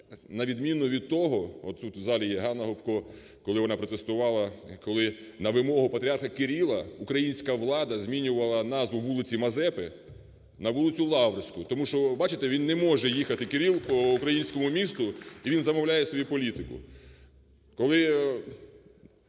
залі є Ганна Гопко, коли вона протестувала, коли на вимогу патріарха Кирила українська влада змінювала назву вулиці Мазепи на вулицю Лаврську, тому що, бачите, він не може їхати Кирил по українському місту і він замовляє собі політику.